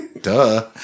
Duh